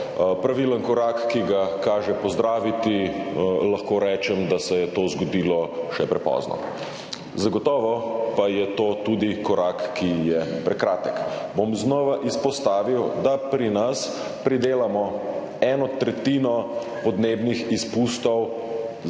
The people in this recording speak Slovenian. pravilen korak, ki ga velja pozdraviti, lahko rečem, da se je to zgodilo še prepozno. Zagotovo pa je to tudi korak, ki je prekratek. Znova bom izpostavil, da pri nas pridelamo eno tretjino podnebnih izpustov na